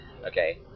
Okay